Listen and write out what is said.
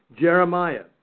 Jeremiah